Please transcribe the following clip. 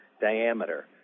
diameter